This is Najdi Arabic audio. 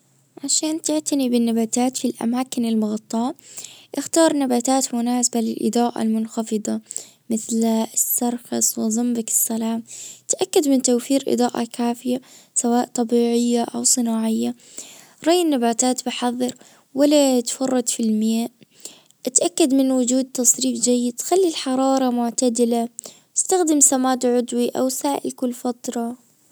عشان تعتني بالنباتات في الاماكن المغطاة اختار نباتات مناسبة للاضاءة المنخفضة مثل السرخس وزنبق السلام تأكد من توفير اضاءة كافية سواء طبيعية او صناعية ري النباتات بحذر ولا تفرط في المياه اتأكد من وجود تسريب جيد خلي الحرارة معتدلة استخدم سماد عضوي او سائل كل فترة.